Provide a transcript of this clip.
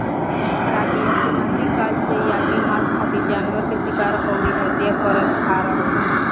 प्रागैतिहासिक काल से ही आदमी मांस खातिर जानवर के शिकार अउरी हत्या करत आ रहल बा